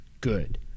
good